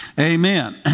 Amen